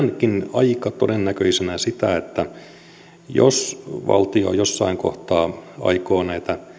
aika todennäköisenä sitä että jos valtio jossain kohtaa aikoo näitä